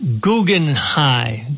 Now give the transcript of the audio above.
Guggenheim